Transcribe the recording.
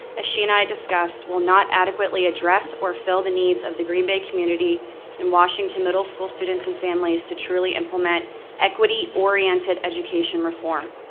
as she and i discussed, will not adequately address or fill the needs of the green bay community and washington middle school and families to truly implement equity oriented education reform.